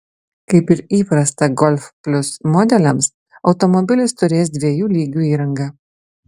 kaip ir įprasta golf plius modeliams automobilis turės dviejų lygių įrangą